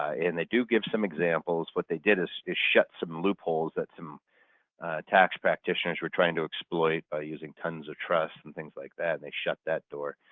and they do give some examples. what they did is is shut some loopholes that tax practitioners were trying to exploit by using tons of trust and things like that. and they shut that door,